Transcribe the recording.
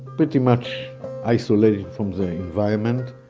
pretty much isolated from the environment.